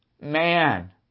Man